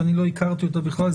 שאני לא הכרתי אותה בכלל,